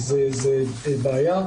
זאת בעיה.